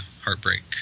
Heartbreak